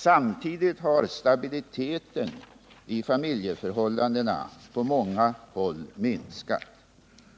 Samtidigt har stabiliteten i familjeförhållandena på många håll minskat,